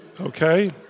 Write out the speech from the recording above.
Okay